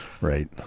Right